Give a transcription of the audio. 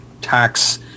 tax